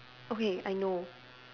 okay I know